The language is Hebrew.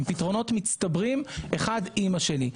הם פתרונות מצטברים אחד עם השני.